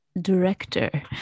director